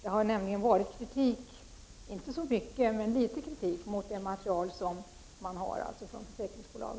Det har nämligen riktats kritik, inte så mycket men litet, mot försäkringsbolagens material.